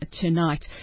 tonight